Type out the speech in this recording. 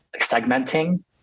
segmenting